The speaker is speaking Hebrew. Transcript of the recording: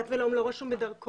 דת ולאום לא רשום בדרכון,